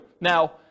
Now